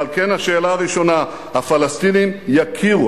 ועל כן השאלה הראשונה: הפלסטינים יכירו,